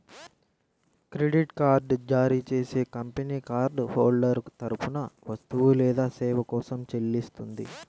credit card జారీ చేసే company card holder తరపున వస్తువు లేదా సేవ కోసం చెల్లిస్తుంది